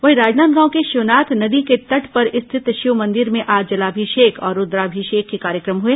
वहीं राजनांदगांव के शिवनाथ नदी के तट पर स्थित शिव मंदिर में आज जलाभिषेक और रूद्राभिषेक के कार्यक्रम हुए